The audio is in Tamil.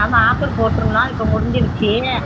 ஆமாம் ஆஃபர் போட்டிருந்தோம் இப்போ முடிஞ்சிருச்சு